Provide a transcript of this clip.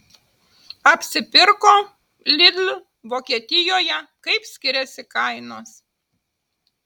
apsipirko lidl vokietijoje kaip skiriasi kainos